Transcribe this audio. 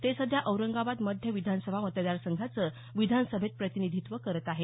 ते सध्या औरंगाबाद मध्य विधानसभा मतदार संघाचं विधानसभेत प्रतिनिधीत्व करत आहेत